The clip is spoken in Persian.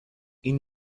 این